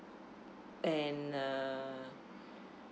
and uh